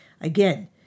Again